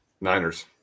Niners